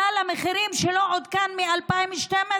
סל המחירים שלא עודכן מ-2012.